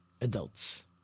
adults